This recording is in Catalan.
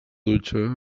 dutxa